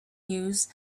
use